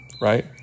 right